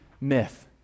myth